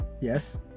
Yes